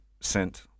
sent